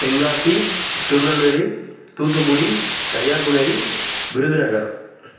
Tenkasi Tirunelveli Thoothukudi Kanyakumari Virudhunagar